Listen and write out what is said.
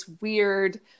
weird